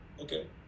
Okay